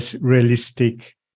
realistic